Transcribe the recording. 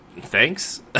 thanks